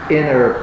inner